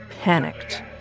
Panicked